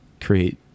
create